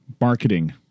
marketing